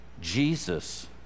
Jesus